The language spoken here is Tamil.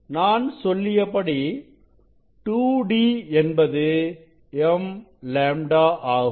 நான் சொல்லியபடி 2d என்பது m λ ஆகும்